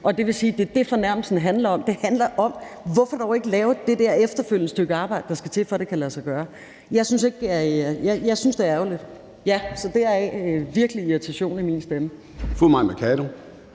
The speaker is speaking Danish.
det er det, fornærmelsen handler om. Den handler om: Hvorfor dog ikke lave det der efterfølgende stykke arbejde, der skal til, for at det kan lade sig gøre? Jeg synes, det er ærgerligt. Så ja, det er derfor, der virkelig er en irritation i min stemme.